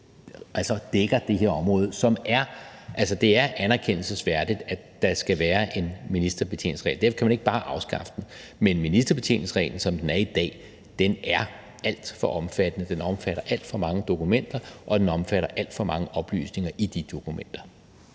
dækker det her område. Altså, det er anerkendelsesværdigt, at der skal være en ministerbetjeningsregel, og derfor kan man ikke bare afskaffe den. Men ministerbetjeningsreglen, som den er i dag, er alt for omfattende – den omfatter alt for mange dokumenter, og den omfatter alt for mange oplysninger i de dokumenter.